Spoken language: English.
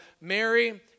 Mary